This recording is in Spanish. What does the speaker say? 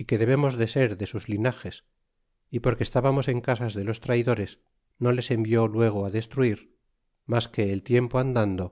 e que debemos de ser de sus linages y porque estábamos en casas de los traidores no les envió luego destruir mas que el tiempo andando